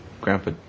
grandpa